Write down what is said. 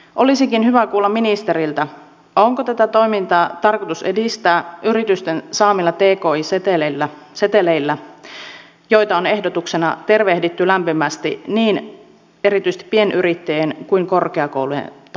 olisikin hyvä kuulla ministeriltä onko tätä toimintaa tarkoitus edistää yritysten saamilla tki seteleillä joita on ehdotuksena tervehditty lämpimästi niin erityisesti pienyrittäjien kuin korkeakoulujen taholta